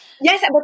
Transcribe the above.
Yes